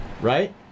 right